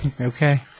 Okay